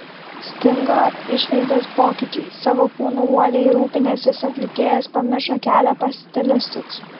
stingo išvaizdos pokyčiai savo kūnu uoliai rūpinęsis atlikėjas pamiršo kelią pas stilistus